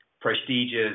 prestigious